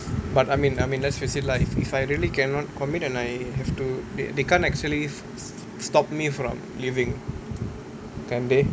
but I mean I mean let's face it lah if if I really cannot commit and I have to they they can't actually stop me from leaving can they